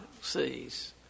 sees